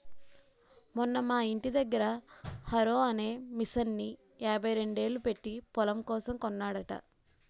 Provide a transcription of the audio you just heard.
మొన్న మా యింటి దగ్గర హారో అనే మిసన్ని యాభైరెండేలు పెట్టీ పొలం కోసం కొన్నాడట